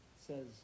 says